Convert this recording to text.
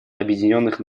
объединенных